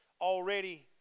already